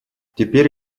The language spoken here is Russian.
теперь